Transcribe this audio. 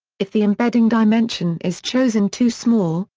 if the embedding dimension is chosen too small,